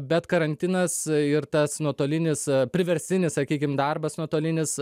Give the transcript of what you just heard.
bet karantinas ir tas nuotolinis priverstinis sakykim darbas nuotolinis